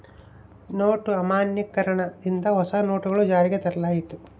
note ಅಮಾನ್ಯೀಕರಣ ದಿಂದ ಹೊಸ ನೋಟುಗಳು ಜಾರಿಗೆ ತರಲಾಯಿತು